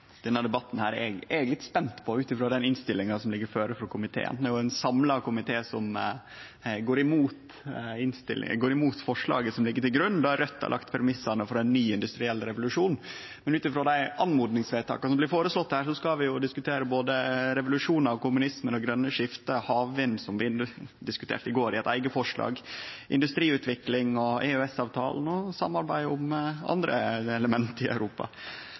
Denne debatten er eg litt spent på, ut frå innstillinga som ligg føre frå komiteen. Det er ein samla komité som går imot forslaget som ligg til grunn, der Raudt har lagt premissa for ein ny industriell revolusjon. Ut frå dei oppmodingsvedtaka som blir føreslått her, skal vi diskutere både revolusjonar og kommunisme og det grøne skiftet og havvind – som vi diskuterte i går i eit eige forslag – industriutvikling og EØS-avtalen og samarbeid om andre element i Europa.